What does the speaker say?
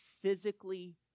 physically